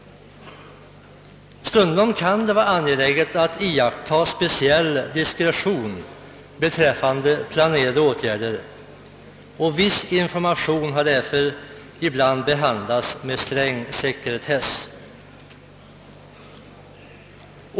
Stundom kan det vara angeläget att iaktta speciell diskretion, beträffande planerade åtgärder, och viss information har därför ibland behandlats med sträng sekretess.